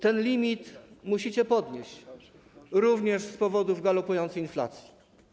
Ten limit musicie podnieść - również z powodu galopującej inflacji.